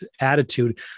attitude